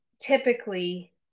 typically